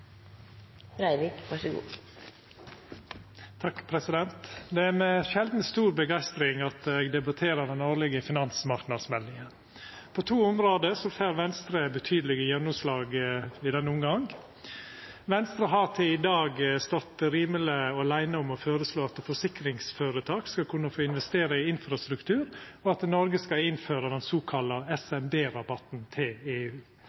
debatterer den årlege finansmarknadsmeldinga. På to område får Venstre betydelege gjennomslag i denne omgang. Venstre har til i dag stått rimeleg aleine om å føreslå at forsikringsføretak skal kunna få investera i infrastruktur, og at Noreg skal innføra den sokalla SMB-rabatten til EU.